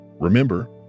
Remember